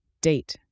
Date